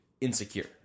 insecure